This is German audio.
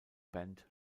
band